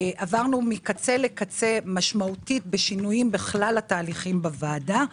עברנו מקצה לקצה משמעותית בשינויים בכלל התהליכים בוועדה.